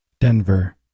Denver